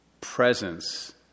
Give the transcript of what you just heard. presence